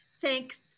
Thanks